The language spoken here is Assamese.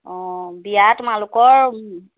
অঁ বিয়া তোমালোকৰ